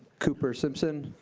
cooper simpson.